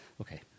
Okay